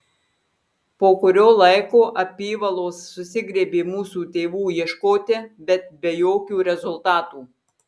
po kurio laiko apyvalos susigriebė mūsų tėvų ieškoti bet be jokių rezultatų